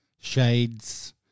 shades